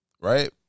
Right